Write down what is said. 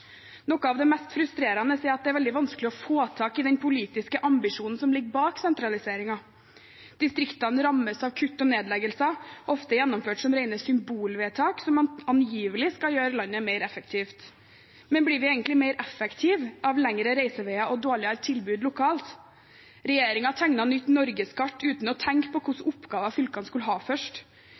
Noe av det mest frustrerende er at det er veldig vanskelig å få tak i den politiske ambisjonen som ligger bak sentraliseringen. Distriktene rammes av kutt og nedleggelser, ofte gjennomført som rene symbolvedtak som angivelig skal gjøre landet mer effektivt. Men blir vi egentlig mer effektive av lengre reiseveier og dårligere tilbud lokalt? Regjeringen tegnet nytt norgeskart uten først å tenke på hva slags oppgaver fylkene skulle ha.